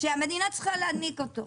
שהמדינה צריכה להעניק אותו,